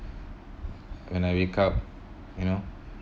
when I wake up you know